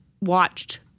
watched